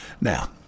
Now